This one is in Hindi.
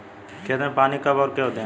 खेत में पानी कब और क्यों दें?